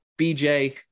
BJ